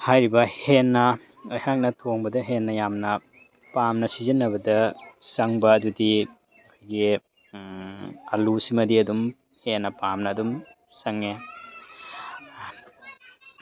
ꯍꯥꯏꯔꯤꯕ ꯍꯦꯟꯅ ꯑꯩꯍꯥꯛꯅ ꯊꯣꯡꯕꯗ ꯍꯦꯟꯅ ꯌꯥꯝꯅ ꯄꯥꯝꯅ ꯁꯤꯖꯤꯟꯅꯕꯗ ꯆꯪꯕ ꯑꯗꯨꯗꯤ ꯑꯩꯈꯣꯏꯒꯤ ꯑꯥꯜꯂꯨꯁꯤꯃꯗꯤ ꯑꯗꯨꯝ ꯍꯦꯟꯅ ꯄꯥꯝꯅ ꯑꯗꯨꯝ ꯆꯪꯉꯦ